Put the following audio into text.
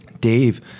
Dave